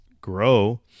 grow